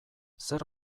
zer